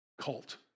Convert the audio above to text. cult